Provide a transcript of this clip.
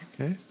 Okay